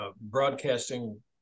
broadcasting